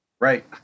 Right